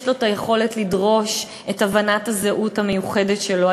לו יכולת לדרוש את הבנת הזהות המיוחדת שלו,